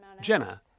Jenna